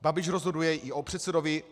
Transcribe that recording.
Babiš rozhoduje i o předsedovi